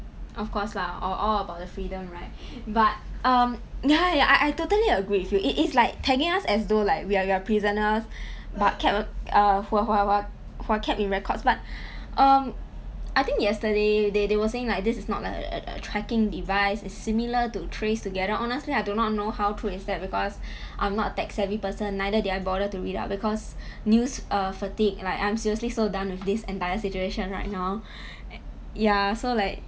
of course lah all all about the freedom right but um ya I totally agree with you it's like tagging us as though like we are we are prisoners but kept err who are who are who are who are kept in records but um I think yesterday they they were saying like this is not a a tracking device it's similar to trace together honestly I do not know how true is that because I'm not tech savvy person neither did I bother to read up because news err fatigue like I'm seriously so done with this entire situation right now ya so like